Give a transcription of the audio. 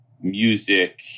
music